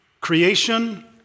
Creation